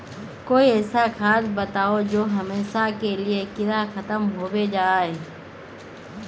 कोई ऐसा खाद बताउ जो हमेशा के लिए कीड़ा खतम होबे जाए?